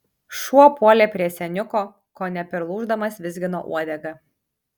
šuo puolė prie seniuko kone perlūždamas vizgino uodegą